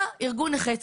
בא ארגון נכי צה"ל,